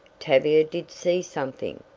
tavia did see something.